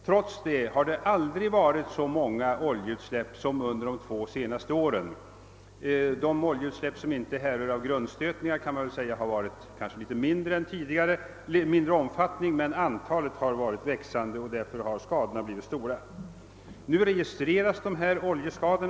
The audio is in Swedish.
Trots detta har det aldrig varit så många oljeutsläpp som under de två senaste åren. De oljeutsläpp som inte härrör från grundstötningar kanske har varit av litet mindre omfattning än tidigare, men antalet har varit växande och därför har skadorna blivit stora. Nu registreras dessa oljeskador.